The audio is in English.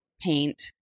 paint